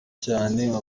cyane